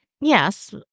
Yes